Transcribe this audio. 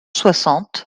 soixante